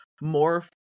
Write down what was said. more